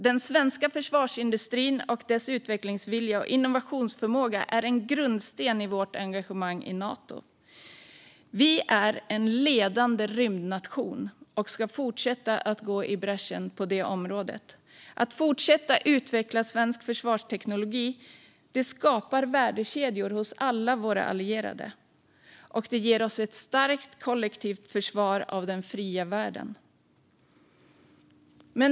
Den svenska försvarsindustrin och dess utvecklingsvilja och innovationsförmåga är en grundsten i Sveriges engagemang i Nato. Vi är en ledande rymdnation och ska fortsätta att gå i bräschen på detta område. Att fortsätta utveckla svensk försvarsteknologi skapar värdekedjor hos alla våra allierade och ger ett starkt kollektivt försvar av den fria världen.